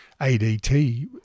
ADT